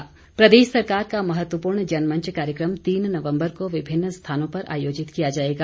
जनमंच प्रदेश सरकार का महत्वपूर्ण जनमंच कार्यक्रम तीन नवम्बर को विभिन्न स्थानों पर आयोजित किया जाएगा